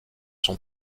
son